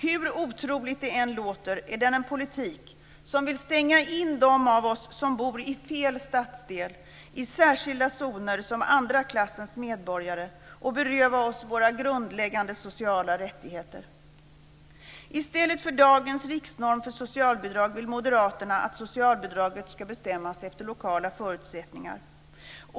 Hur otroligt det än låter är det en politik som vill stänga in dem av oss som bor i fel stadsdel i särskilda zoner som andra klassens medborgare och beröva oss våra grundläggande sociala rättigheter. Moderaterna att socialbidraget ska bestämmas efter lokala förutsättningar.